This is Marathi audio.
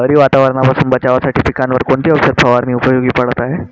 लहरी वातावरणापासून बचावासाठी पिकांवर कोणती औषध फवारणी उपयोगी पडत आहे?